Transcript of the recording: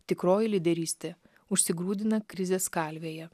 tikroji lyderystė užsigrūdina krizės kalvėje